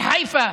בחיפה,